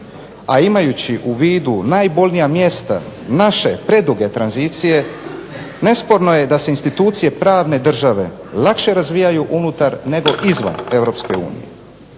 a imajući u vidu najbolnija mjesta naše preduge tranzicije nesporno je da se institucije pravne države lakše razvijaju unutar nego izvan